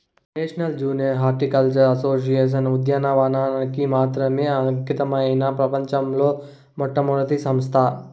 national junior horticultural association ఉద్యానవనానికి మాత్రమే అంకితమైన ప్రపంచంలో మొట్టమొదటి సంస్థ